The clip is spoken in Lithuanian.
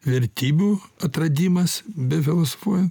vertybių atradimas befilosofuoja